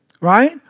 Right